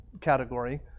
category